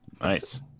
nice